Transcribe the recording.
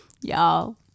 Y'all